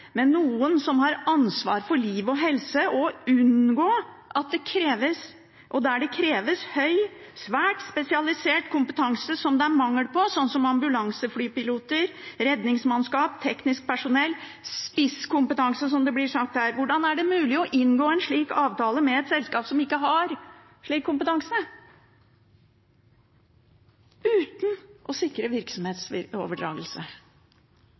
noen som har ansvar for liv og helse, der det kreves høy, svært spesialisert kompetanse som det er mangel på, sånn som ambulanseflypiloter, redningsmannskap, teknisk personell, spisskompetanse, som det blir sagt her – hvordan er det mulig å inngå en slik avtale med et selskap som ikke har slik kompetanse, uten å sikre